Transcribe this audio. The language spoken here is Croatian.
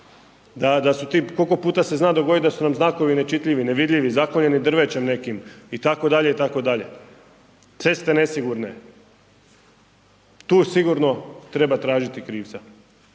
da su ti, koliko puta se zna dogoditi da su nam znakovi nečitljivi, nevidljivi, zaklonjeni drvećem nekim, itd., itd., ceste nesigurne, tu sigurno treba tražiti krivca,